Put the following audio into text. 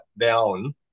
down